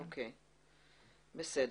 בסדר.